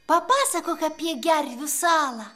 papasakok apie gervių salą